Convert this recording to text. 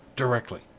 directly!